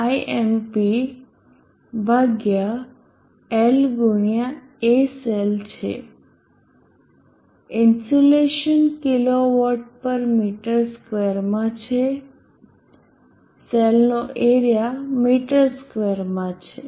insulation kilowatt પર metre સ્ક્વેરમાં છે સેલનો એરીયા મીટર સ્ક્વેરમાં છે